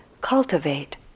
cultivate